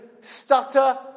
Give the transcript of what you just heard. stutter